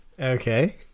Okay